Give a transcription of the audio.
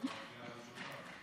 בגלל שאין כנסת.